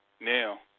Now